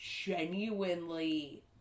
genuinely